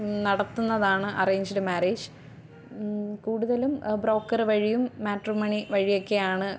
നടത്തുന്നതാണ് arranged marriage കൂടുതലും broker വഴിയും മാട്രിമോണി വഴിയൊക്കെ ആണ്